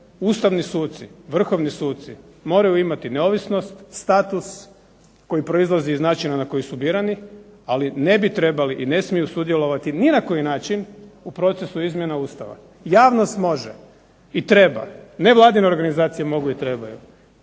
ustavni suci, vrhovni suci moraju imati neovisnost, status, koji proizlazi iz načina na koji su birani ali ne bi trebali i ne smiju sudjelovati ni na koji način u procesu izmjena Ustava. Javnost može i treba, ne vladine organizacije mogu i trebaju,